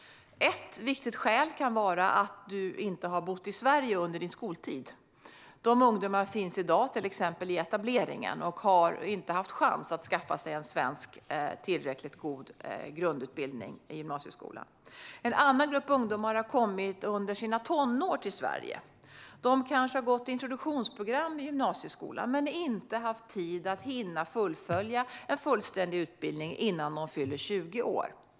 Ett viktigt skäl kan vara att man inte har bott i Sverige under sin skoltid. Dessa ungdomar finns i dag till exempel i etableringen och har inte haft chans att skaffa sig en tillräckligt god grundutbildning i den svenska gymnasieskolan. En annan grupp ungdomar har kommit till Sverige i tonåren. De kanske har gått introduktionsprogram i gymnasieskolan men inte haft tid att fullfölja en fullständig utbildning innan de fyller 20 år.